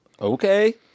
Okay